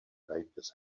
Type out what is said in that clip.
bakers